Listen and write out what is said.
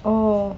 oh